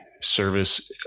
service